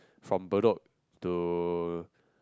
from Bedok to